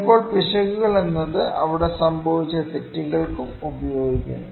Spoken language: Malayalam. ചിലപ്പോൾ പിശകുകൾ എന്നത് അവിടെ സംഭവിച്ച തെറ്റുകൾക്കും ഉപയോഗിക്കുന്നു